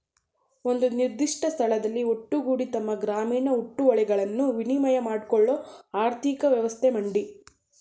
ಒಂದು ನಿರ್ದಿಷ್ಟ ಸ್ಥಳದಲ್ಲಿ ಒಟ್ಟುಗೂಡಿ ತಮ್ಮ ಗ್ರಾಮೀಣ ಹುಟ್ಟುವಳಿಗಳನ್ನು ವಿನಿಮಯ ಮಾಡ್ಕೊಳ್ಳೋ ಆರ್ಥಿಕ ವ್ಯವಸ್ಥೆ ಮಂಡಿ